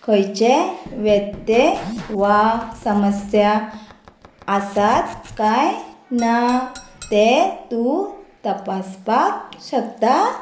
खंयचे व्यते वा समस्या आसात काय ना ते तूं तपासपाक शकता